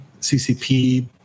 CCP